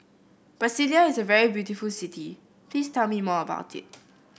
Brasilia is a very beautiful city please tell me more about it